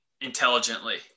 intelligently